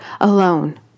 alone